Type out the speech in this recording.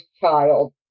child